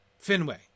Finway